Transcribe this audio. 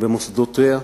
במוסדותיו,